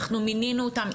אנחנו מינינו אותם,